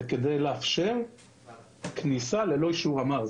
זה כדי לאפשר כניסה ללא אישור אמ"ר.